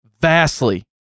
vastly